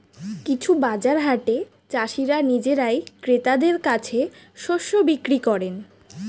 কিছু বাজার হাটে চাষীরা নিজেরাই ক্রেতাদের কাছে শস্য বিক্রি করেন